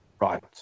Right